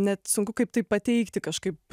net sunku kaip tai pateikti kažkaip